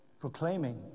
proclaiming